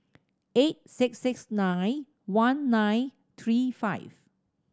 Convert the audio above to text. eight six six nine one nine three five